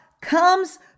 comes